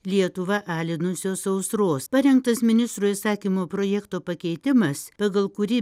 lietuvą alinusios sausros parengtas ministro įsakymo projekto pakeitimas pagal kurį